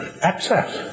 access